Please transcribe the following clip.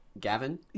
gavin